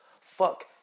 Fuck